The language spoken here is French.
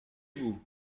vous